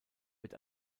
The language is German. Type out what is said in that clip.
wird